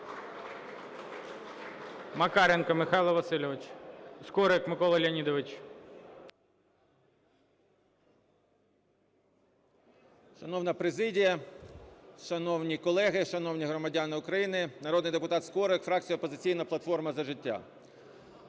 Макаренко Михайло Васильович. Скорик Микола Леонідович. 11:39:04 СКОРИК М.Л. Шановна президія, шановні колеги, шановні громадяни України! Народний депутат Скорик, фракція "Опозиційна платформа - За життя".